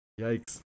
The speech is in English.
Yikes